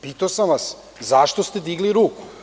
Pitao sam vas – zašto ste digli ruku?